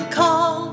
call